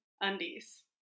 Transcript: undies